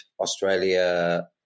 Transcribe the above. Australia